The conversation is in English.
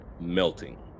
melting